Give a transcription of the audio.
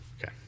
Okay